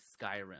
Skyrim